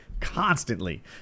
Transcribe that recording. constantly